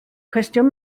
cwestiwn